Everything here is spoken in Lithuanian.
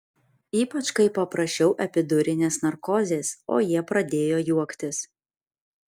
ypač kai paprašiau epidurinės narkozės o jie pradėjo juoktis